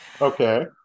Okay